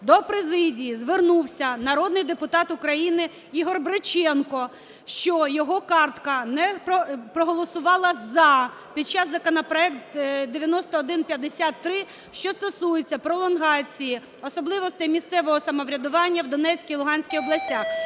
До президії звернувся народний депутат України Ігор Бриченко, що його картка не голосувала "за" під час законопроекту 9153, що стосується пролонгації особливостей місцевого самоврядування в Донецькій, Луганській областях.